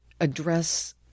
address